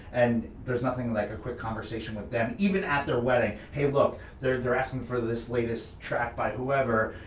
and there's nothing like a quick conversation with them, even at their wedding. hey, look, they're they're asking for this latest track by whoever.